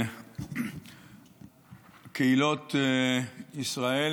קהילות ישראל